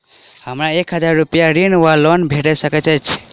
हमरा एक हजार रूपया ऋण वा लोन भेट सकैत अछि?